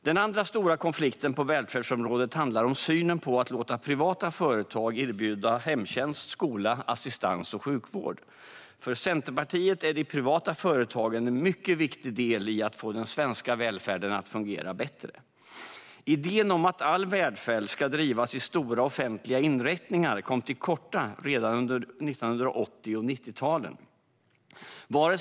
Den andra stora konflikten på välfärdsområdet handlar om synen på att låta privata företag erbjuda hemtjänst, skola, assistans och sjukvård. För Centerpartiet är de privata företagen en mycket viktig del i att få den svenska välfärden att fungera bättre. Idén om att all välfärd ska drivas i stora offentliga inrättningar kom till korta redan under 1980-talet och 1990-talet.